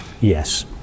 yes